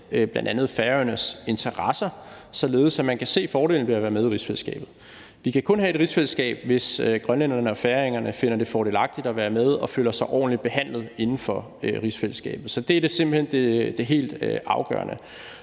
bl.a. Færøernes interesser, således at man kan se fordelene ved at være med i rigsfællesskabet. Vi kan kun have et rigsfællesskab, hvis grønlænderne og færingerne finder det fordelagtigt at være med og føler sig ordentligt behandlet inden for rigsfællesskabet. Så det er simpelt hen det